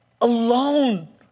alone